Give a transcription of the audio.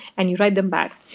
and you write them back,